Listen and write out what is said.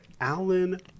Alan